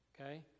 Okay